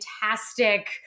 fantastic